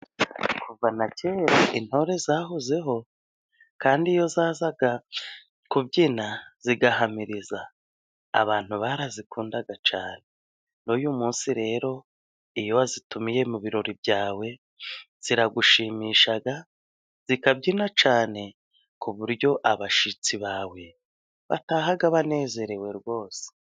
Kuva na kera intore zahozeho kandi iyo zazaga kubyina zigahamiriza, abantu barazikundaga cyane. N'uyu munsi rero iyo wazitumiye mu birori byawe, ziragushimisha zikabyina cyane, ku buryo abashyitsi bawe bataha banezerewe rwose.